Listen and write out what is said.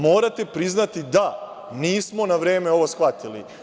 Morate priznati – da, nismo na vreme ovo shvatili.